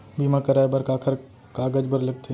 बीमा कराय बर काखर कागज बर लगथे?